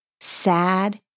sad